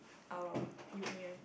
our uni one